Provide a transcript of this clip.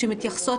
סאלח.